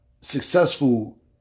successful